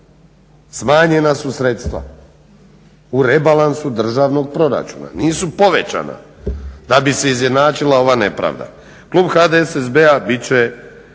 smanjena su sredstva u rebalansu državnog proračuna, nisu povećana da bi se izjednačila ova nepravda. Klub HDSSB-a bit će